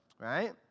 right